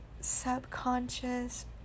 subconscious